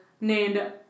named